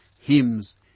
hymns